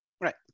Right